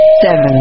seven